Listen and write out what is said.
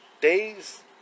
Days